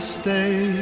stay